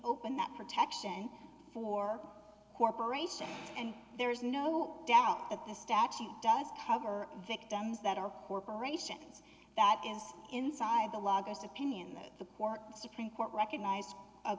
open that protection for corporations and there's no doubt that the statute does cover victims that are corporations that is inside the largest opinion that the port supreme court recognized a